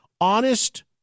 honest